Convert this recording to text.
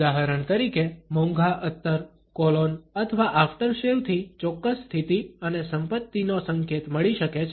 ઉદાહરણ તરીકે મોંઘા અત્તર કોલોન અથવા આફ્ટરશેવ થી ચોક્કસ સ્થિતિ અને સંપત્તિનો સંકેત મળી શકે છે